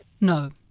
No